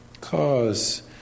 cause